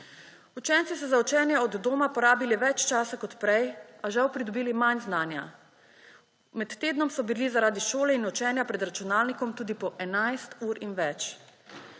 Učenci so za učenje od doma porabili več časa kot prej, a žal pridobili manj znanja. Med tednom so bili zaradi šole in učenja pred računalnikom tudi po 11 ur in več.